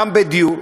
גם בדיור,